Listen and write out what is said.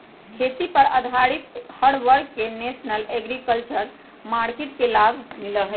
खेती पर आधारित हर वर्ग के नेशनल एग्रीकल्चर मार्किट के लाभ मिला हई